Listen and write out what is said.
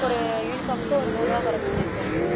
ஒரு யூனிஃபார்ம்க்கு ஒரு நூறுபா குறைச்சிக்கிறேன் சார்